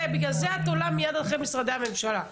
בגלל זה את עולה מייד אחרי משרדי הממשלה.